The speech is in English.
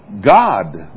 God